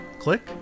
Click